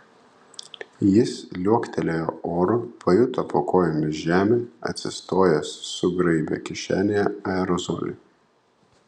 jis liuoktelėjo oru pajuto po kojomis žemę atsistojęs sugraibė kišenėje aerozolį